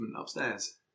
upstairs